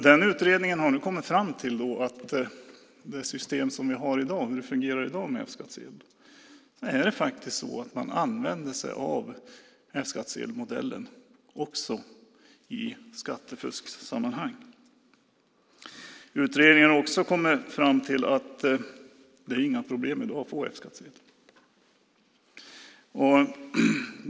Den utredningen har nu kommit fram till att med det system som vi har i dag och hur det fungerar i dag med F-skattsedel är det faktiskt så att man använder sig av F-skattsedelmodellen också i skattefuskssammanhang. Utredningen har också kommit fram till att det inte är några problem i dag att få F-skattsedel.